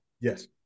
Yes